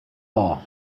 all